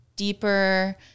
deeper